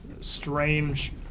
strange